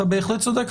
אתה בהחלט צודק,